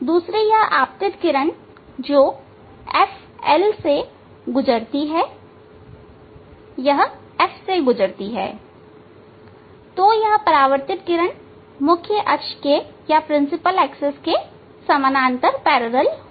दूसरी यह आपतित किरण जो FL से गुजरती है यह F से गुजरती है तो यह परावर्तित किरण मुख्य अक्ष के समानांतर होगी